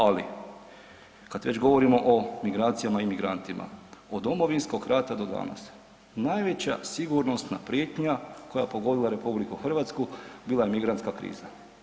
Ali kada već govorimo o migracijama i migrantima, od Domovinskog rata do danas najveća sigurnosna prijetnja koja je pogodila RH bila je migrantska kriza.